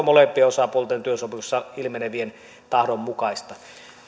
molempien osapuolten työsopimuksessa ilmenevän tahdon mukaista